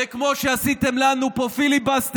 כמו שעשיתם לנו פה פיליבסטר,